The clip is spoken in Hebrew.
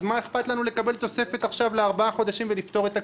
אז מה אכפת לנו לקבל תוספת עכשיו לארבעה חודשים ולפתור את הכול?